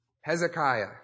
Hezekiah